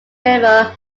river